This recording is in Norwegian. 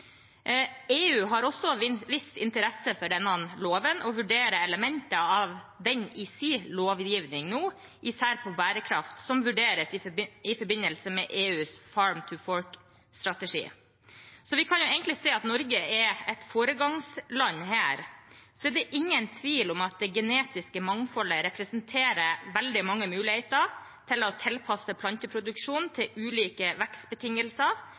EU har også vist interesse for denne loven og vurderer elementer av den i sin lovgivning nå, især på bærekraft, som vurderes i forbindelse med EUs «Farm to Fork»-strategi. Vi kan egentlig si at Norge er et foregangsland her. Det er ingen tvil om at det genetiske mangfoldet representerer veldig mange muligheter til å tilpasse planteproduksjonen til ulike vekstbetingelser,